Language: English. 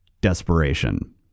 Desperation